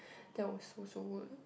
that was so so good